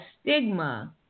stigma